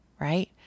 right